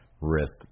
risk